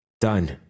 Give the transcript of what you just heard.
Done